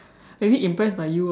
maybe impressed by you ah